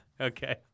okay